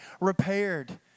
repaired